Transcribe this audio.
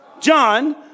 John